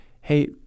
hey